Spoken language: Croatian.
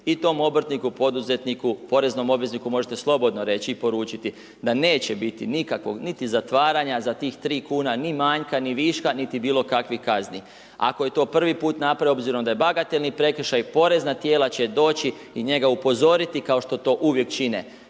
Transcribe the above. I tom obrtniku, poduzetniku, poreznom obvezniku, možete slobodno reći i poručiti, da neće biti nikakvog niti zatvaranja, za tih 3 kn, ni manjka ni viška, niti bilo kakvih kazni. Ako je to prvi put napravio, obzirom da je bagatelni prekršaj, porezna tijela će doći i njega upozoriti, kao što to uvijek čine.